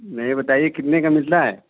नहीं ये बताइये कितने का मिलता है